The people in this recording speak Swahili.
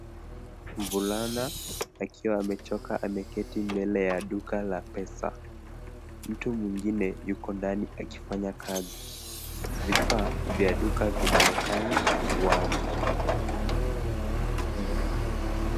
Mvulana akiwa amechoka akiwa ameketi mbele ya duka la pesa, mtu mwengine yuko ndani akifanya kazi. Vifaa vya duka vinaonekana wazi.